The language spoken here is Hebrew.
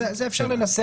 את זה אפשר לנסח.